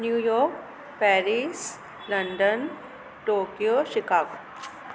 New York Paris London Tokyo Chicago